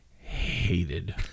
hated